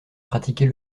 pratiquer